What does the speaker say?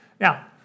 Now